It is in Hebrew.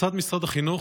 לצד משרד החינוך,